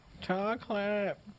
Chocolate